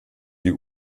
die